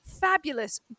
Fabulous